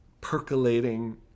percolating